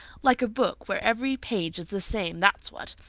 like a book where every page is the same, that's what.